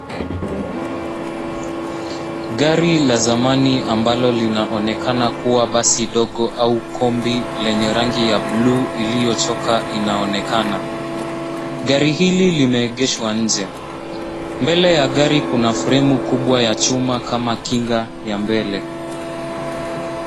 Gari la zamani ambalo linaonekana kuwa basi ndogo au combi lenye rangi ya buluu iliyochoka inaonekana. Gari hili limeegeshwa nje. Mbele ya gari kuna fremu kubwa ya chuma kama kinga ya mbele.